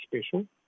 special